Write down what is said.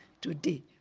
Today